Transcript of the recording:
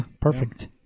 perfect